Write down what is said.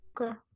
Okay